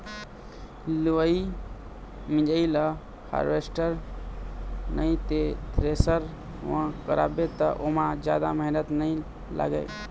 लिवई मिंजई ल हारवेस्टर नइ ते थेरेसर म करवाबे त ओमा जादा मेहनत नइ लागय